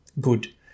good